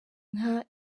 nka